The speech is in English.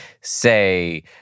say